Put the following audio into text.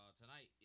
tonight